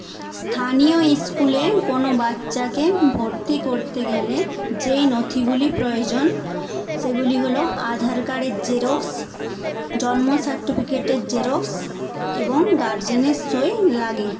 স্থানীয় স্কুলে কোন বাচ্চাকে ভর্তি করতে গেলে যেই নথিগুলি প্রয়োজন সেগুলি হল আধার কার্ডের জেরক্স জন্ম সার্টিফিকেটের জেরক্স এবং গার্জেনের সই লাগে